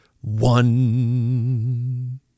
One